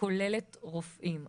כוללת רופאים?